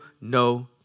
no